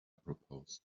proposed